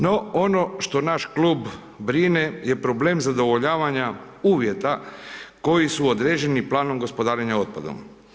No, ono što naš klub brine je problem zadovoljavanja uvjeta koji su određeni planom gospodarenja otpadom.